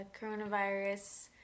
Coronavirus